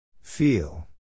Feel